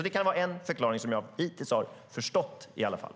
Det kan vara en förklaring, som jag har förstått det hittills i alla fall.